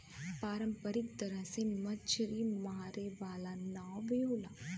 पारंपरिक तरह से मछरी मारे वाला नाव भी होला